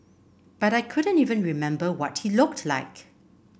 but I couldn't even remember what he looked like